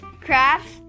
crafts